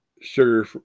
sugar